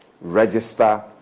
register